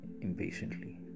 impatiently